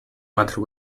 matter